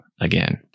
again